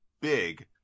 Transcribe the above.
big